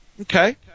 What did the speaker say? Okay